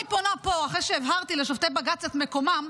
אחרי שהבהרתי לשופטי בג"ץ את מקומם,